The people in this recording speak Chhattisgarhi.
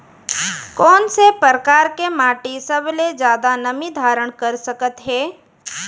कोन से परकार के माटी सबले जादा नमी धारण कर सकत हे?